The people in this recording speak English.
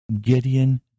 Gideon